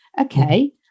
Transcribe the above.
Okay